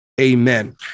Amen